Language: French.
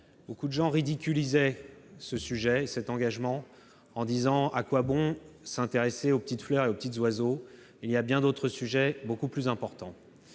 beaucoup de gens ridiculisaient un tel engagement :« À quoi bon s'intéresser aux petites fleurs et aux petits oiseaux ? Il y a bien d'autres sujets beaucoup plus importants.